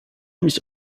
mich